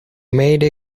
made